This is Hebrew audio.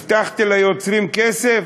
הבטחתי ליוצרים כסף?